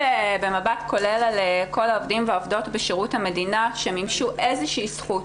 במבט כולל על כל העובדים והעובדות בשירות המדינה שמימשו איזושהי זכות